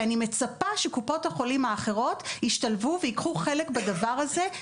ואני מצפה שקופות החולים האחרות ישתלבו וייקחו חלק בדבר הזה,